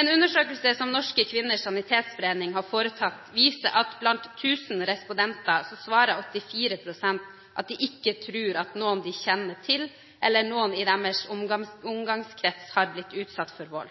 En undersøkelse som Norske Kvinners Sanitetsforening har foretatt, viser at av 1 000 respondenter svarer 84 pst. at de ikke tror at noen de kjenner til, eller noen i deres omgangskrets har blitt utsatt for vold.